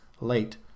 late